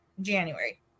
January